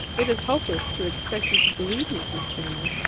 it is hopeless to expect you to believe me, he stammered.